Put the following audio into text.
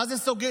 מה זה שונה